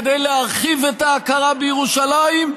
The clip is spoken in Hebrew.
כדי להרחיב את ההכרה בירושלים,